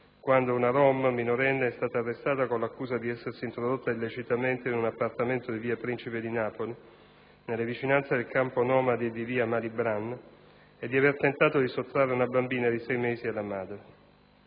quando una rom minorenne è stata arrestata con l'accusa di essersi introdotta illecitamente in un appartamento di via Principe di Napoli, nelle vicinanze del campo nomadi di via Malibran, e di avere tentato di sottrarre una bambina di sei mesi alla madre.